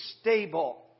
stable